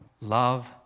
love